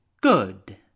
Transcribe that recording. good